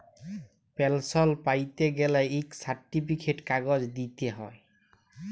পেলসল প্যাইতে গ্যালে ইক সার্টিফিকেট কাগজ দিইতে হ্যয়